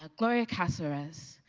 ah gloria caslorez,